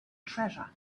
treasure